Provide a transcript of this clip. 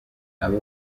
abo